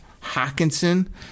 Hawkinson